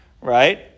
right